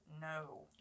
No